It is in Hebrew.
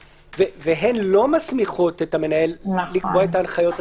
והן לא מסמיכות את המנהל לקבוע את ההנחיות הספציפיות,